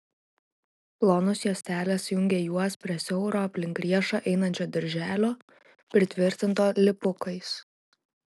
plonos juostelės jungė juos prie siauro aplink riešą einančio dirželio pritvirtinto lipukais